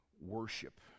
worship